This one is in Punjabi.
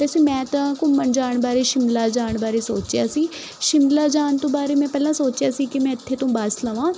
ਵੈਸੇ ਮੈਂ ਤਾਂ ਘੁੰਮਣ ਜਾਣ ਬਾਰੇ ਸ਼ਿਮਲਾ ਜਾਣ ਬਾਰੇ ਸੋਚਿਆ ਸੀ ਸ਼ਿਮਲਾ ਜਾਣ ਤੋਂ ਬਾਰੇ ਮੈਂ ਪਹਿਲਾਂ ਸੋਚਿਆ ਸੀ ਕਿ ਮੈਂ ਇੱਥੇ ਤੋਂ ਬੱਸ ਲਵਾਂ